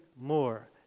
more